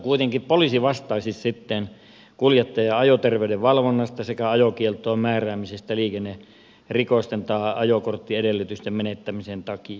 kuitenkin poliisi vastaisi kuljettajien ajoterveyden valvonnasta sekä ajokieltoon määräämisestä liikennerikosten tai ajokorttiedellytysten menettämisen takia